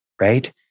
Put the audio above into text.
right